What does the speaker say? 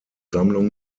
sammlungen